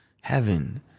Heaven